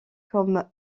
comme